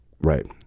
right